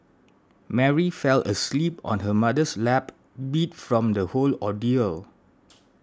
Mary fell asleep on her mother's lap beat from the whole ordeal